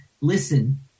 listen